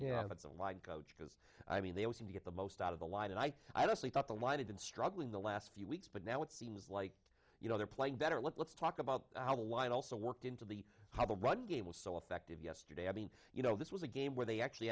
know that's a line coach because i mean they all seem to get the most out of the line and i i just thought the line had been struggling the last few weeks but now it seems like you know they're playing better let's talk about how the line also worked into the how the run game was so effective yesterday i mean you know this was a game where they actually